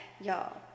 y'all